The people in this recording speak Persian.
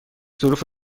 ظروف